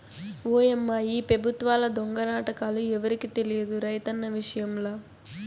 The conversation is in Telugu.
ఓయమ్మా ఈ పెబుత్వాల దొంగ నాటకాలు ఎవరికి తెలియదు రైతన్న విషయంల